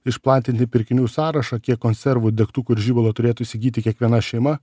išplatinti pirkinių sąrašą kiek konservų degtukų ir žibalo turėtų įsigyti kiekviena šeima